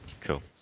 Cool